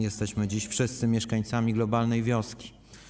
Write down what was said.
Jesteśmy dziś wszyscy mieszkańcami globalnej wioski.